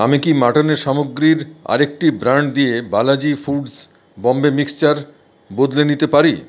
আমি কি মাটনের সামগ্রীর আরেকটি ব্র্যান্ড দিয়ে বালাজি ফুডস বম্বে মিক্সচার বদলে নিতে পারি